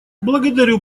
благодарю